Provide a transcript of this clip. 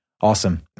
Awesome